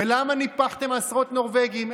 ולמה ניפחתם בעשרות נורבגים.